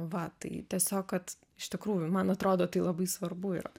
va tai tiesiog kad iš tikrųjų man atrodo tai labai svarbu yra